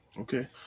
Okay